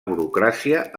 burocràcia